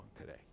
today